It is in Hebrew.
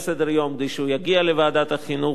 כדי שהוא יגיע לוועדת החינוך ויידון שם.